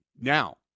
Now